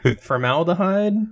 Formaldehyde